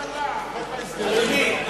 אדוני,